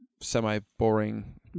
semi-boring